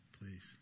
please